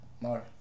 more